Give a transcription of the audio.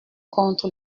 contre